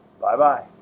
Bye-bye